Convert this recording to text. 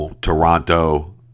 Toronto